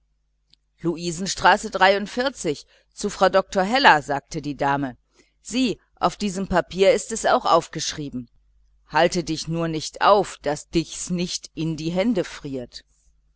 luisenstraße zu frau dr heller sagte die dame sieh auf diesem papier ist es auch aufgeschrieben halte dich nur nicht auf daß dich's nicht in die hände friert